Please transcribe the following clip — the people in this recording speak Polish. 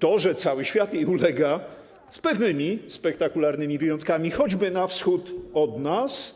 To, że cały świat jej ulega, z pewnymi spektakularnymi wyjątkami, choćby na wschód od nas,